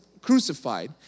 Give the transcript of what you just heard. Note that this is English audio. crucified